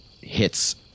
hits